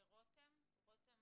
רותם מגידי,